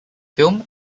film